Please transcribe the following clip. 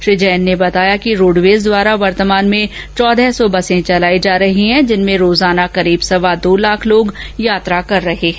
श्री जैन ने बताया कि रोडवेज द्वारा वर्तमान में चौदह सौ बसें संचालित की जा रही हैं जिनमें रोजाना करीब सवा दो लाख लोग यात्रा कर रहे हैं